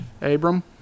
Abram